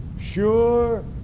sure